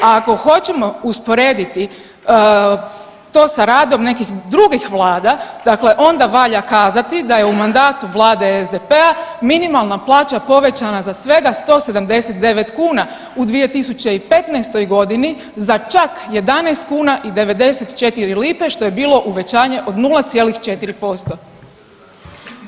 A ako hoćemo usporediti to sa radom nekih drugih vlada, dakle onda valja kazati da je u mandatu vlade SDP-a minimalna plaća povećana za svega 179 kuna u 2015.g. za čak 11,94 kuna što je bilo uvećanje od 0,4%